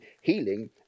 healing